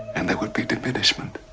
and there would be diminishment.